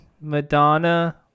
Madonna